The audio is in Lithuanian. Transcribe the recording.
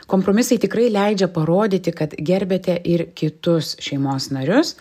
kompromisai tikrai leidžia parodyti kad gerbiate ir kitus šeimos narius